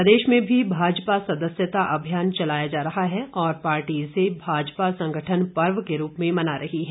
प्रदेश में भी भाजपा सदस्यता अभियान चलाया जा रहा है और पार्टी इसे भाजपा संगठन पर्व के रूप में मना रही है